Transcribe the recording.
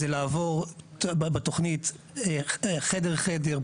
זה לעבור בתוכנית חדר חדר,